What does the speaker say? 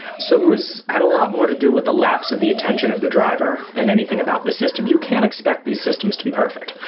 so it had a lot more to do with the lapse of the attention of the driver than anything about the system. you can't expect these systems to be perfect.